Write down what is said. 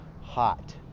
hot